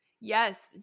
yes